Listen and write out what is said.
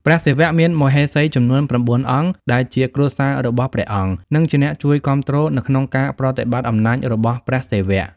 ព្រះសិវៈមានមហេសីចំនួន ៩ អង្គ ដែលជាគ្រួសាររបស់ព្រះអង្គ និងជាអ្នកជួយគាំទ្រនៅក្នុងការប្រតិបត្តិអំណាចរបស់ព្រះសិវៈ។